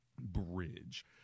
bridge